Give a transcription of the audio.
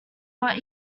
what